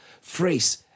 phrase